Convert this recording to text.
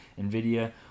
NVIDIA